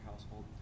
household